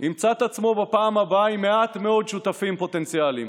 ימצא את עצמו בפעם הבאה עם מעט מאוד שותפים פוטנציאליים.